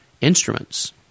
instruments